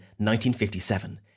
1957